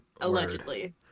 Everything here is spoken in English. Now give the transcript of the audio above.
Allegedly